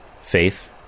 faith